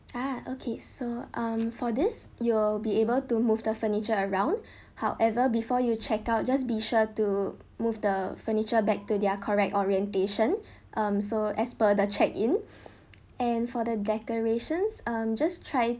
ah okay so um for this you'll be able to move the furniture around however before you check out just be sure to move the furniture back to their correct orientation um so as per the check in and for the decorations um just try